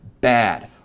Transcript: bad